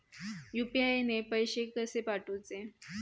UPI ने पैशे कशे पाठवूचे?